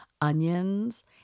onions